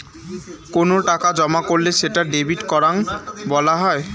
কোনো টাকা জমা করলে সেটা ডেবিট করাং বলা হই